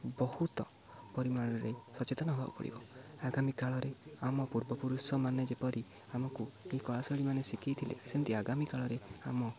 ବହୁତ ପରିମାଣରେ ସଚେତନ ହବାକୁ ପଡ଼ିବ ଆଗାମୀ କାଳରେ ଆମ ପୂର୍ବପୁରୁଷ ମାନେ ଯେପରି ଆମକୁ ଏ କଳା ଶୈଳୀମାନେ ଶିଖାଇ ଥିଲେ ସେମିତି ଆଗାମୀ କାଳରେ ଆମ